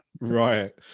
Right